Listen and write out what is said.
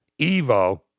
Evo